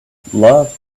love